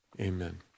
amen